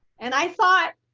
and i thought,